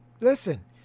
listen